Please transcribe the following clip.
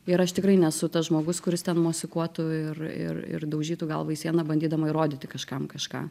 ir aš tikrai nesu tas žmogus kuris ten mosikuotų ir ir ir daužytų galvą į sieną bandydama įrodyti kažkam kažką